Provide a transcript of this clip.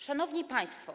Szanowni Państwo!